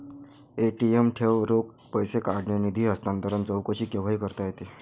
ATM ठेव, रोख पैसे काढणे, निधी हस्तांतरण, चौकशी केव्हाही करता येते